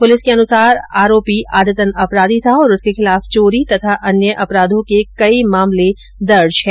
police के अनुसार आरोपी आदतन अपराधी था और उसके खिलाफ चोरी तथा अन्य अपराधों के कई मामले दर्ज है